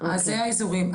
אז זה האזורים.